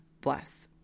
bless